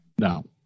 No